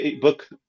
book